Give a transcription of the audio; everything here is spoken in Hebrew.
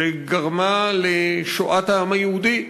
שגרמה לשואת העם היהודי,